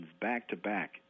back-to-back